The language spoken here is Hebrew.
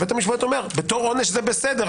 בית המשפט אומר: בתור עונש זה בסדר,